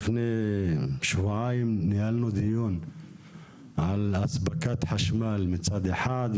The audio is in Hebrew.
לפני שבועיים ניהלנו דיון על אספקת חשמל מצד אחד,